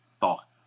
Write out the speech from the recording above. thought